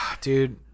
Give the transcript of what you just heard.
Dude